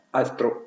altro